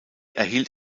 erhielt